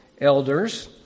elders